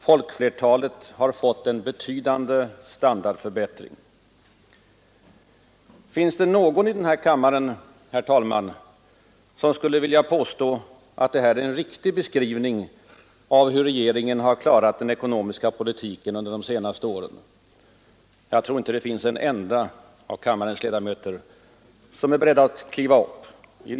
Folkflertalet har fått en betydande standardförbättring. Finns det någon i den här kammaren, herr talman, som skulle vilja påstå att det här är en riktig beskrivning av hur regeringen klarat den ekonomiska politiken under de senaste åren? Jag tror inte det finns en enda av kammarens ledamöter som är beredd att kliva upp och säga detta.